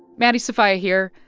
maddie sofia here.